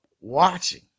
watching